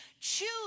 Choose